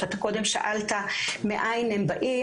אתה קודם שאלת מאין הם באים,